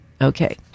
Okay